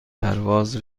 پرواز